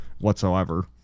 whatsoever